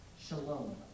Shalom